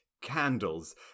candles